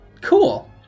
Cool